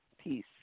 Peace